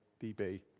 DB